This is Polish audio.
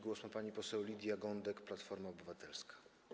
Głos ma pani poseł Lidia Gądek, Platforma Obywatelska.